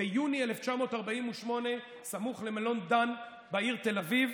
ביוני 1948 סמוך למלון דן בעיר תל אביב,